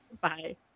Bye